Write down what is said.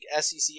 SEC